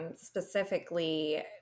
specifically